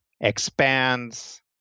expands